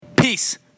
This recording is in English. Peace